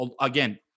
Again